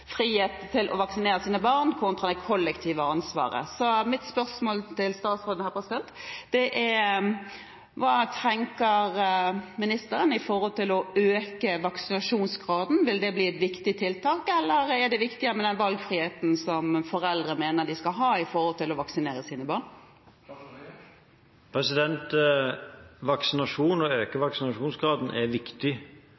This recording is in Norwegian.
frihet til å vaksinere sine barn kontra det kollektive ansvaret. Så mitt spørsmål til statsråden er: Hva tenker ministeren om å øke vaksinasjonsgraden? Vil det bli et viktig tiltak, eller er det viktigere med den valgfriheten som foreldre mener de skal ha når de gjelder å vaksinere sine barn? Vaksinasjon og å øke vaksinasjonsgraden er et viktig